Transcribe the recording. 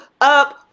up